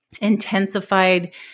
intensified